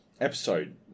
episode